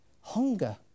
hunger